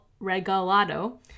Regalado